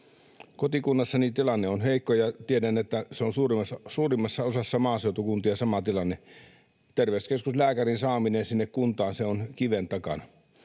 Kotikunnassani tilanne on heikko, ja tiedän, että on suurimmassa osassa maaseutukuntia sama tilanne. Terveyskeskuslääkärin saaminen kuntaan on kiven takana.